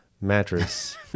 mattress